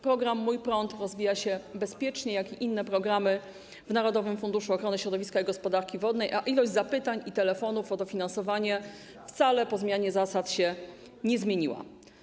Program ˝Mój prąd˝ rozwija się bezpiecznie, podobnie inne programy Narodowego Funduszu Ochrony Środowiska i Gospodarki Wodnej, a ilość zapytań i telefonów dotyczących dofinansowania wcale po zmianie zasad się nie zmieniła.